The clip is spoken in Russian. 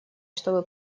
чтобы